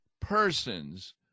persons